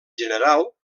general